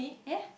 eh